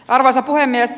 arvoisa puhemies